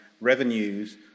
revenues